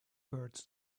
birds